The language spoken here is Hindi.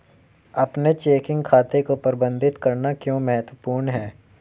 अपने चेकिंग खाते को प्रबंधित करना क्यों महत्वपूर्ण है?